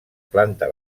planta